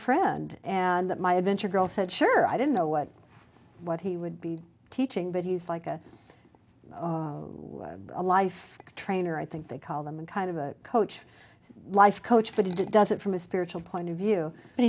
friend and that my adventure girl said sure i didn't know what what he would be teaching but he's like a life trainer i think they call them in kind of a coach life coach but it does it from a spiritual point of view and